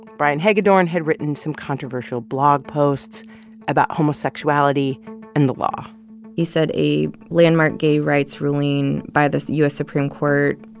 brian hagedorn had written some controversial blog posts about homosexuality and the law he said a landmark gay rights ruling by the u s. supreme court,